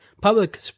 public